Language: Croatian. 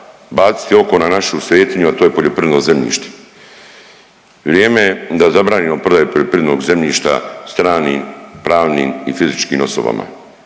baciti oko na našu svetinju, a to je poljoprivredno zemljište. Vrijeme je da zabranimo prodaju poljoprivrednog zemljišta stranim pravnim i fizičkim osobama.